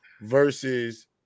versus